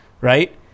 right